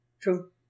True